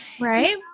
Right